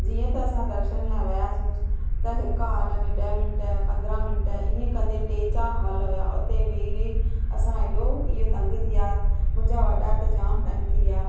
जीअं त असां दर्शन लाइ वियासीं त हिकु हॉल में ॾह मिंट पंद्रहं मिंट ईअं कंदे टे चारि हॉल हुया उते वेई वेई असां ऐॾो ईअं तंग थिया मुंहिंजा वॾा त जाम तंग थी विया